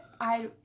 I-